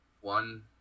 One